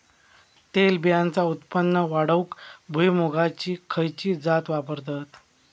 तेलबियांचा उत्पन्न वाढवूक भुईमूगाची खयची जात वापरतत?